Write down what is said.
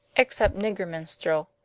except nigger minstrel.